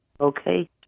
okay